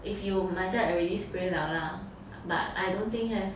if 有 my dad already spray [liao] lah but I don't think have